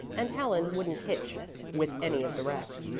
and helen wouldn't hitch with any of the rest.